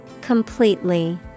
Completely